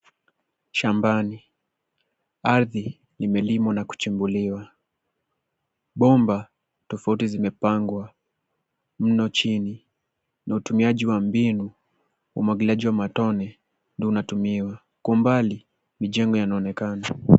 Shambani, ardhi imelimwa na kuchimbuliwa. Bomba tofauti zimepangwa mno chini na utumiaji wa mbinu, umwagiliaji wa matone ndio unatumiwa. Kwa umbali mijengo yanaonekana.